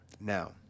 Now